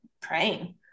praying